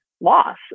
loss